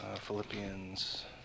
Philippians